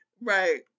Right